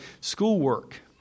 schoolwork